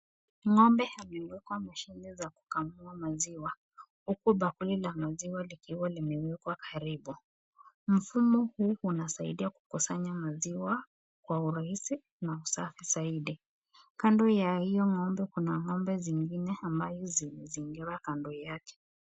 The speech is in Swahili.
Ng’ombe amewekwa mashine za kukamua maziwa huku bakuli la maziwa likiwa limewekwa karibu. Mfumo huu unasaidia kukusanya maziwa kwa urahahisi na usafi zaidi, kando ya hiyo Ng’ombe kuna Ng’ombe zingine ambazo zimezingira kando yake.